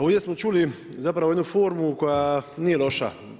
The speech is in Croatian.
Ovdje smo čuli zapravo jednu formu koja nije loša.